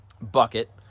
bucket